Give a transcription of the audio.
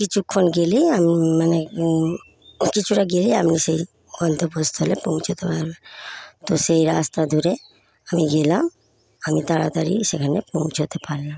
কিছুক্ষণ গেলেই আমি মানে অথচ ওরা গেলেই আমি সেই গন্তব্যস্থলে পৌঁছাতে পারবে তো সেই রাস্তা ধরে আমি গেলাম আমি তাড়াতাড়ি সেখানে পৌঁছাতে পারলাম